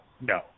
no